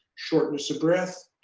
shortness of breath,